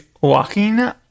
walking